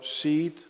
seed